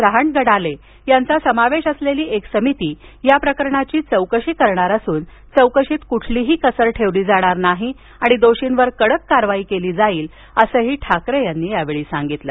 रहांगडाले यांचा समावेश असलेली एक समिती या प्रकरणाची चौकशी करणार असून चौकशीत कुठलीही कसर ठेवली जाणार नाही आणि दोषींवर कडक कारवाई केली जाईल असंही ठाकरे यांनी सांगितलं